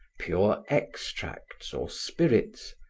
pure extracts or spirits,